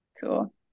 Cool